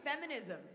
feminism